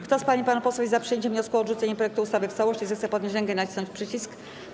Kto z pań i panów posłów jest za przyjęciem wniosku o odrzucenie projektu ustawy w całości, zechce podnieść rękę i nacisnąć przycisk.